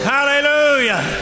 Hallelujah